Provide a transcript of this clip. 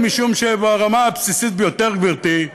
משום שברמה הבסיסית ביותר, גברתי,